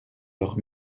leurs